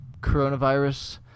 coronavirus